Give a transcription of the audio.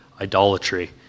idolatry